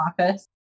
office